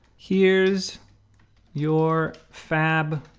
here's your fab